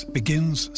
begins